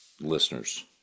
listeners